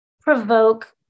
provoke